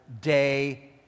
day